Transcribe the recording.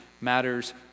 matters